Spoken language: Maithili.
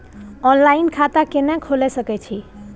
ऑनलाइन खाता केना खोले सकै छी?